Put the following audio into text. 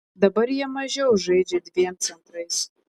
dabar jie mažiau žaidžia dviem centrais